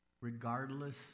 regardless